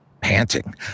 panting